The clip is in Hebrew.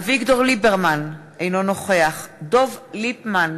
אביגדור ליברמן, אינו נוכח דב ליפמן,